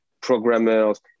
programmers